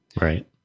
Right